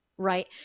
Right